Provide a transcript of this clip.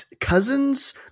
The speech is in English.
cousins